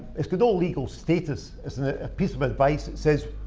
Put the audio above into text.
it's got no legal status, it's a piece of advice it says,